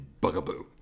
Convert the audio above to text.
Bugaboo